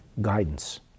guidance